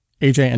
AJ